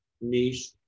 niche